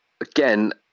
again